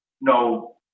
no